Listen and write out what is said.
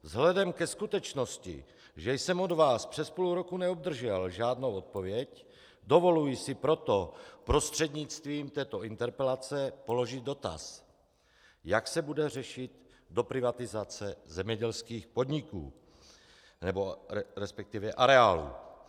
Vzhledem k skutečnosti, že jsem od vás přes půl roku neobdržel žádnou odpověď, dovoluji si proto prostřednictvím této interpelace položit dotaz: Jak se bude řešit doprivatizace zemědělských areálů?